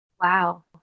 wow